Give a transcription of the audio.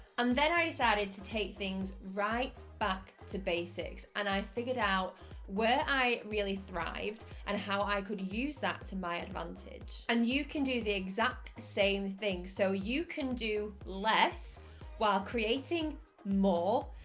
um then i decided to take things right back to basics, and i figured out where i really thrived and how i could use that to my advantage. and you can do the exact same thing. so you can do less while creating more,